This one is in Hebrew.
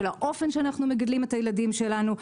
של האופן שבו אנחנו מגדלים את הילדים שלנו.